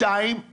שתיים,